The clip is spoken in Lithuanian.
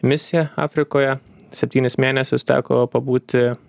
misiją afrikoje septynis mėnesius teko pabūti